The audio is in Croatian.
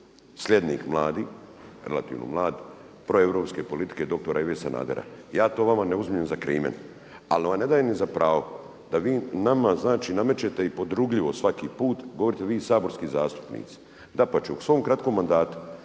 slijednik mladi, relativno mlad proeuropske politike doktora Ive Sanadera. Ja to vama ne uzimam za krimen, ali vam ne dajem ni za pravo da vi nama znači namećete i podrugljivo svaki put govorite vi saborski zastupnici. Dapače u svom kratkom mandatu